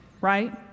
right